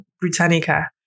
Britannica